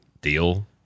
deal